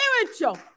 spiritual